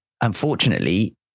unfortunately